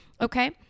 Okay